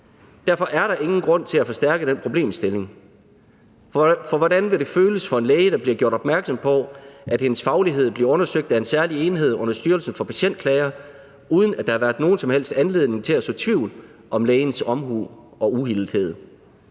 Derfor er der ingen grund til at forstærke den problemstilling, for hvordan vil det føles for en læge, der bliver gjort opmærksom på, at hendes faglighed bliver undersøgt af en særlig enhed under Styrelsen for Patientklager, uden at der har været nogen som helst anledning til at så tvivl om lægens omhu og uhildethed